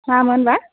मामोन बा